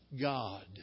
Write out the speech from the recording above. God